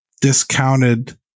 discounted